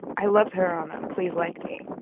i loved her on on please like me.